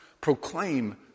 proclaim